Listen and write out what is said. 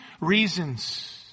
reasons